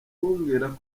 kumbwira